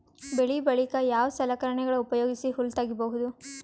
ಬೆಳಿ ಬಳಿಕ ಯಾವ ಸಲಕರಣೆಗಳ ಉಪಯೋಗಿಸಿ ಹುಲ್ಲ ತಗಿಬಹುದು?